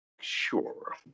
sure